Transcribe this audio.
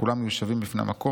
כולם יהיו שווים בפני המקום.